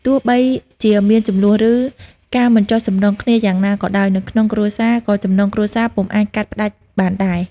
ទោះបីជាមានជម្លោះ ឬការមិនចុះសម្រុងគ្នាយ៉ាងណាក៏ដោយនៅក្នុងគ្រួសារ ក៏ចំណងគ្រួសារពុំអាចកាត់ផ្ដាច់បានដែរ។